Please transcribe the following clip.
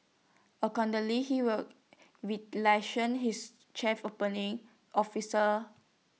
accordingly he will his chief operating officers